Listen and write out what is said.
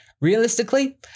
realistically